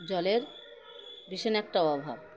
জলের ভীষণ একটা অভাব